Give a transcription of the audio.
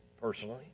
personally